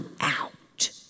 out